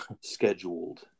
scheduled